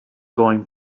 going